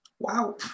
Wow